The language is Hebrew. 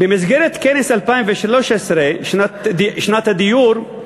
במסגרת כנס 2013, שנת הדיור,